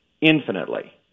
infinitely